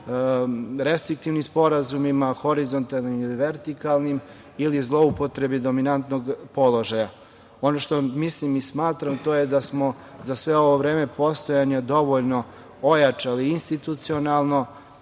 restriktivnim sporazumima, horizontalnim ili vertikalnim ili zloupotrebi dominantnog položaja. Ono što mislim i smatram, to je da smo za sve ovo vreme postojanja dovoljno ojačali institucionalno,